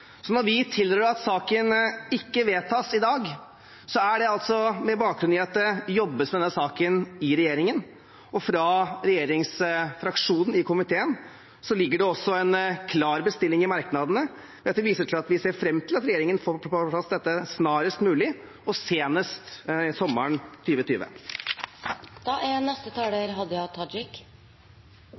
Når vi tilrår at saken ikke vedtas i dag, er det med bakgrunn i at det jobbes med denne saken i regjeringen. Fra regjeringsfraksjonen i komiteen ligger det også en klar bestilling i merknadene, der vi skriver at vi ser fram til at regjeringen får på plass dette snarest mulig – og senest sommeren 2020. Det er